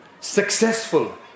Successful